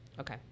okay